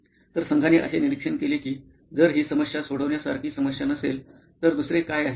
तर संघाने असे निरीक्षण केले की जर ही समस्या सोडवण्यासारखी समस्या नसेल तर दुसरे काय आहे